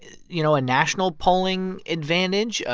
you know, a national polling advantage.